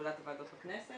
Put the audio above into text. מפעולת ועדות הכנסת,